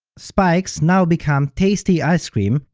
spikes now became tasty ice cream,